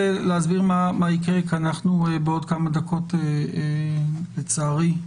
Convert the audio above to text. אנחנו בעוד כמה דקות, לצערי,